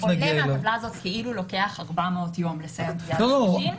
עולה מהטבלה הזאת כאילו לוקח 400 יום לסיים תביעת גירושין.